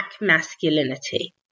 masculinity